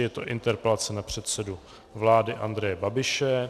Je to interpelace na předsedu vlády Andreje Babiše.